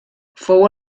fou